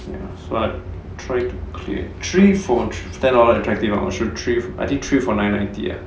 so I try to clear three for ten dollar attractive or not should three I think three for nine ninety lah